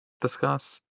discuss